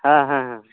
ᱦᱮᱸ ᱦᱮᱸ ᱦᱮᱸ